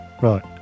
Right